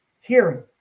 hearing